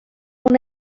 una